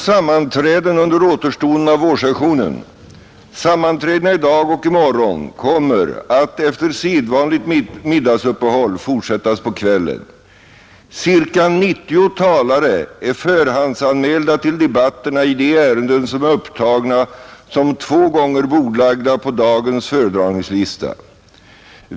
Sammanträdena i dag och i morgon kommer att — efter sedvanligt middagsuppehåll — fortsättas på kvällen. Cirka 90 talare är förhandsanmälda till debatterna i de ärenden som är upptagna som två gånger bordlagda på dagens föredragningslista.